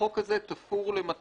החוק הזה בנוי